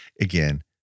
again